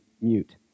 mute